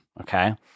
Okay